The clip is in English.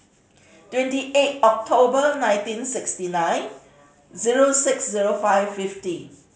twenty eight October nineteen sixty nine zero six zero five fifty